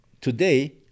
today